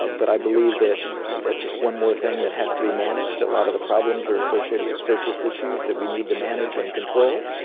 ah but i believe that it's just one more thing that has to be managed. a lot of the problems are associated with surface issues that we need to manage and control,